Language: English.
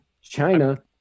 China